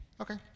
Okay